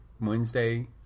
Wednesday